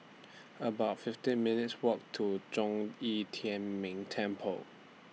about fifty minutes' Walk to Zhong Yi Tian Ming Temple